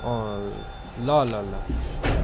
अँ ल ल ल